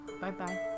Bye-bye